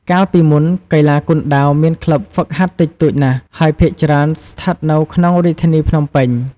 កាលពីមុន កីឡាគុនដាវមានក្លិបហ្វឹកហាត់តិចតួចណាស់ ហើយភាគច្រើនស្ថិតនៅក្នុងរាជធានីភ្នំពេញ។